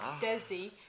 Desi